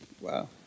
Wow